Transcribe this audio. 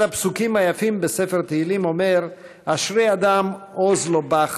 אחד הפסוקים היפים בספר תהילים אומר: "אשרי אדם עוז לו בך,